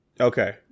Okay